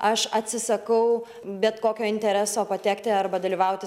aš atsisakau bet kokio intereso patekti arba dalyvauti